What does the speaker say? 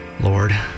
Lord